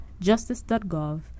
Justice.gov